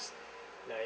like